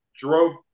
drove